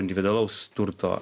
individualaus turto